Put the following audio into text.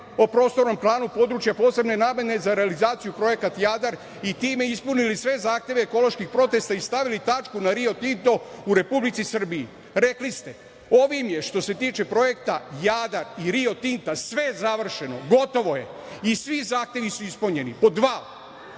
o Prostornom planu područja posebne namene za realizaciju projekat „Jadar“ i time ispunili sve zahteve ekoloških protesta i stavili tačku na „Rio Tinto“ u Republici Srbiji rekli ste – ovim je što se tiče projekta „Jadar“ i „Rio Tinto-a“ sve završeno, gotovo je i svi zahtevi su ispunjeni. Pod dva